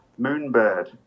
Moonbird